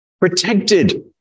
Protected